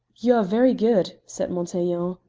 you are very good, said montaiglon,